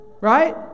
right